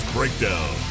Breakdown